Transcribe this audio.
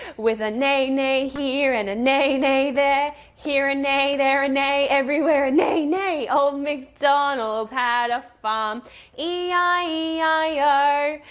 with a neigh neigh here and a neigh neigh there. here a neigh, there a neigh, everywhere a neigh, neigh. old macdonald had a farm e i e i o.